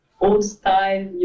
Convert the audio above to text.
old-style